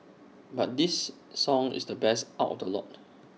but this song is the best out A lot